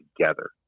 together